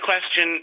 question